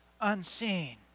unseen